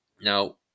Now